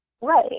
Right